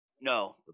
No